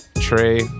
Trey